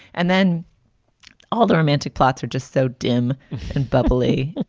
and then all the romantic plots are just so dim and bubbly.